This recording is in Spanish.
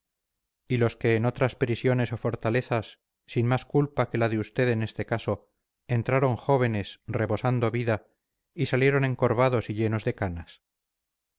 y los que en otras prisiones o fortalezas sin más culpa que la de usted en este caso entraron jóvenes rebosando vida y salieron encorvados y llenos de canas